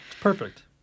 Perfect